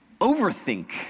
overthink